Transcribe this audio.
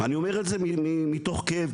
אני אומר את זה מתוך כאב,